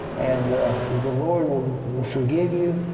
and the lord will forgive you.